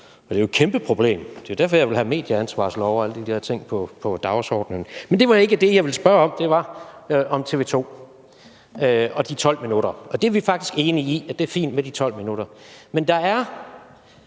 og det er jo et kæmpe problem. Det er jo derfor, jeg vil have medieansvarslove og alle de der ting på dagsordenen. Men det var ikke det, jeg ville spørge om, for det var om TV 2 og de 12 minutter, og vi er faktisk enige i, at det er fint med de 12 minutter. Men der er